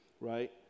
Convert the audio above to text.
right